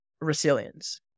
resilience